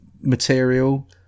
material